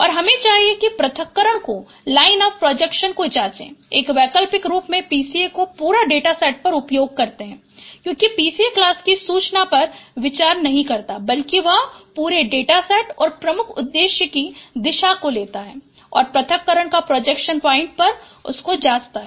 और हमें चाहिए कि पृथक्करण को लाइन ऑफ़ प्रोजेक्शन को जाचें एक वैकल्पिक रूप में PCA को पूरे डेटासेट पर उपयोग करते हैं क्योकिं PCA क्लास की सूचना पर विचार नहीं करता बल्कि वह पूरे डेटासेट और प्रमुख उद्देश्यों की दिशा को लेता है और पृथक्करण को प्रोजेक्शन पॉइंट पर जांचता है